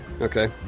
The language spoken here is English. Okay